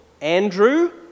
Andrew